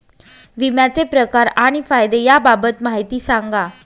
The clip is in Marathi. विम्याचे प्रकार आणि फायदे याबाबत माहिती सांगा